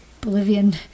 Bolivian